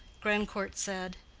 grandcourt said,